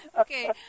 Okay